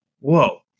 Whoa